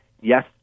Yes